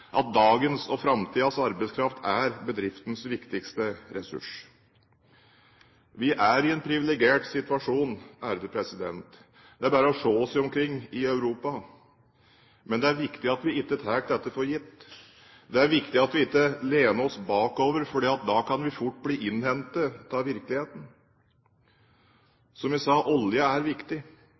fordi dagens og framtidas arbeidskraft er bedriftens viktigste ressurs. Vi er i en privilegert situasjon. Det er bare å se seg omkring i Europa. Men det er viktig at vi ikke tar dette for gitt. Det er viktig at vi ikke lener oss bakover, for da kan vi fort bli innhentet av virkeligheten. Som jeg sa: Oljen er viktig.